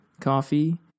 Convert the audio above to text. coffee